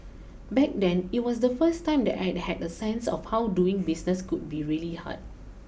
back then it was the first time that I had a sense of how doing business could be really hard